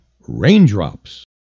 Raindrops